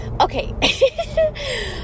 Okay